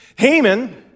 Haman